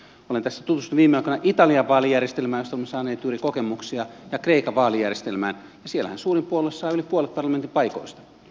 olen tässä tutustunut viime aikoina italian vaalijärjestelmään josta olemme saaneet juuri kokemuksia ja kreikan vaalijärjestelmään ja siellähän suurin puolue sai yli puolet parlamentin paikoista